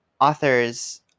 authors